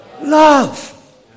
love